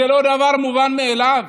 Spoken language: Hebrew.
זה לא דבר מובן מאליו.